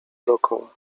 dokoła